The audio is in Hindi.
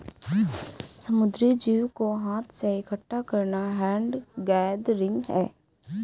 समुद्री जीव को हाथ से इकठ्ठा करना हैंड गैदरिंग है